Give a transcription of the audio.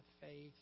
faith